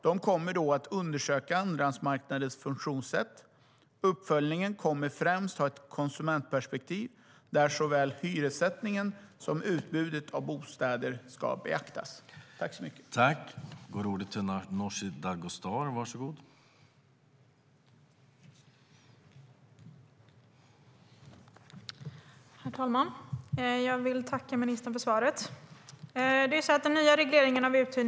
De kommer då att undersöka andrahandsmarknadens funktionssätt. Uppföljningen kommer främst att ha ett konsumentperspektiv, där såväl hyressättningen som utbudet av bostäder ska beaktas.